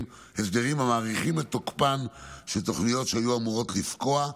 שמאריכים את תוקפן של תוכניות שהיו אמורות לפקוע,